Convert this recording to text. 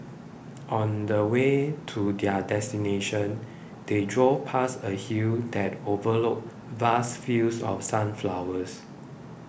on the way to their destination they drove past a hill that overlooked vast fields of sunflowers